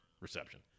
reception